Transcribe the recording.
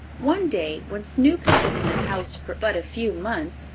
one day, when snoop had been in the house but a few months,